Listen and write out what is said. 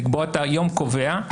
לקבוע יום קבוע,